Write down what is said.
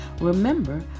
Remember